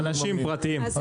אנשים פרטיים.